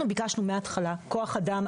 אנחנו ביקשנו מההתחלה כוח-אדם,